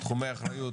בתחומי אחריות,